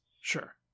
Sure